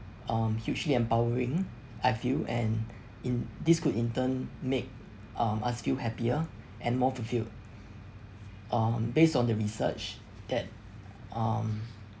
um hugely empowering I feel and in this could in turn make um us feel happier and more fulfilled um based on the research that um